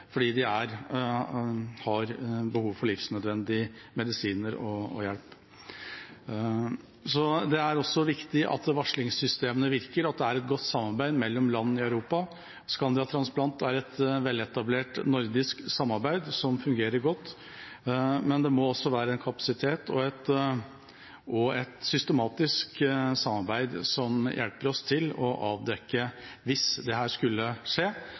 fordi de har behov for livsnødvendige medisiner og hjelp. Det er også viktig at varslingssystemene virker, og at det er godt samarbeid mellom land i Europa. Scandiatransplant er et veletablert nordisk samarbeid som fungerer godt, men det må være kapasitet og et systematisk samarbeid som hjelper oss til å avdekke hvis dette skulle skje.